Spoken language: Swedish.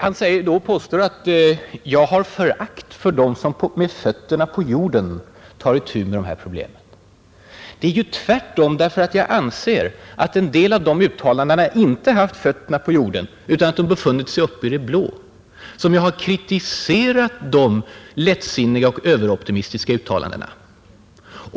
Han påstår att jag har ”förakt” för dem som ”med fötterna på jorden” tar itu med dessa problem. Det är ju tvärtom därför att jag anser att en del av dem som uttalat sig inte haft fötterna på jorden utan befunnit sig uppe i det blå som jag har kritiserat lättsinniga och överoptimistiska uttalanden.